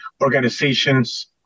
organizations